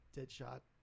Deadshot